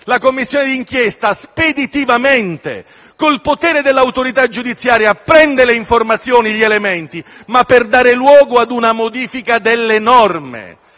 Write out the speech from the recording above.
La Commissione di inchiesta speditivamente, con il potere dell'autorità giudiziaria, prende le informazioni e gli elementi per dare luogo a una modifica delle norme.